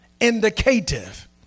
Indicative